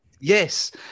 Yes